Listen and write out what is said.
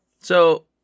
So-